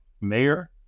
mayor